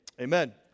Amen